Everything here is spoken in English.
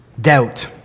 doubt